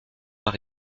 par